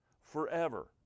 Forever